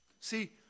See